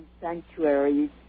sanctuaries